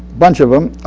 bunch of them.